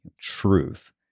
truth